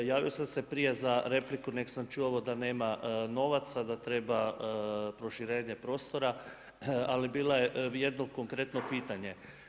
Javio sam se prije za repliku nego sam čuo ovo da nema novaca, da treba proširenje prostora ali bila je, jedno konkretno pitanje.